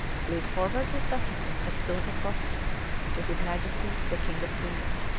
please forward this document as soon as possible to his majesty the king of sweden